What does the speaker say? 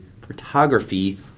photography